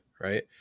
right